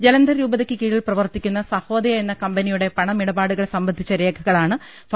ജലന്ധർ രൂപതക്ക് കീഴിൽ പ്രവർത്തിക്കുന്ന സഹോദയ എന്ന കമ്പനിയുടെ പണമിടപാടുകൾ സംബന്ധിച്ച രേഖകളാണ് ഫാ